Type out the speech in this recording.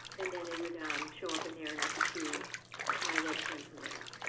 and then it would um show up in there, and i could choose my webcam from there.